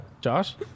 Josh